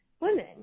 women